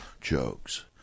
jokes